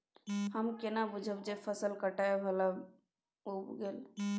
हम केना बुझब जे फसल काटय बला भ गेल?